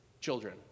children